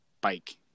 bike